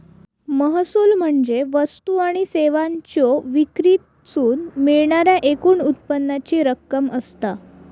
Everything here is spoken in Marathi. महसूल म्हणजे वस्तू आणि सेवांच्यो विक्रीतसून मिळणाऱ्या एकूण उत्पन्नाची रक्कम असता